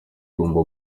yuzuye